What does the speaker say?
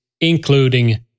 including